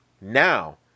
Now